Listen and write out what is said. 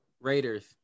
Raiders